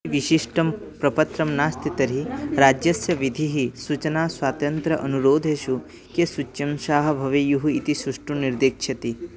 विशिष्टं प्रपत्रं नास्ति तर्हि राज्यस्य विधिः सूचनास्वातन्त्र अनुरोधेषु के सुच्यांशाः भवेयुः इति सुष्ठुः निर्दिशति